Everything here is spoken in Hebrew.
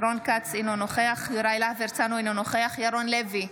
אינו נוכח יוראי להב הרצנו, אינו נוכח ירון לוי,